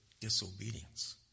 disobedience